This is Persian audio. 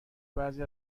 بعضی